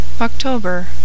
October